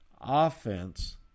offense